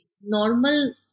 normal